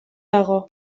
dago